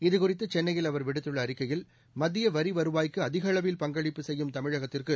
இதுகுறித்து சென்னையில் அவர் விடுத்துள்ள அறிக்கையில் மத்திய வரி வருவாய்க்கு அதிகளவில் பங்களிப்பு செய்யும் தமிழகத்திற்கு